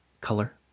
color